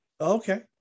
Okay